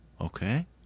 okay